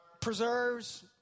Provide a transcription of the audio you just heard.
preserves